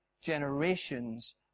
generations